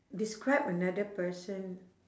describe another person